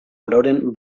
ororen